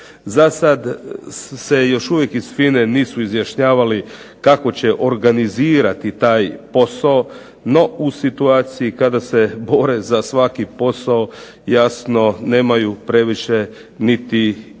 Za sad se još uvijek iz FINA-e nisu izjašnjavali kako će organizirati taj posao. No, u situaciji kada se bore za svaki posao jasno nemaju previše niti izbora.